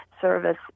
service